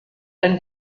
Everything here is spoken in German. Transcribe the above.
ein